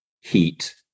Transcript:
heat